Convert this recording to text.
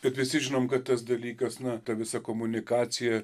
bet visi žinom kad tas dalykas nuo to visa komunikacija